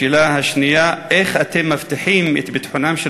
השאלה השנייה: איך אתם מבטיחים את ביטחונם של